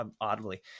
oddly